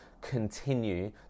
continue